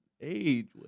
age